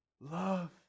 Love